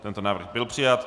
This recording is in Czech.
Tento návrh byl přijat.